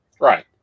Right